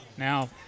Now